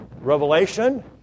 revelation